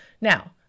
Now